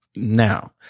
Now